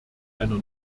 einer